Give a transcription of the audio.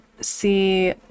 see